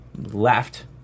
left